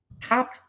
Top